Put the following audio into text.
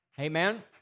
Amen